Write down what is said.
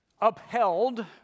upheld